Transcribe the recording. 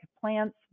plants